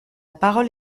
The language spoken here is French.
parole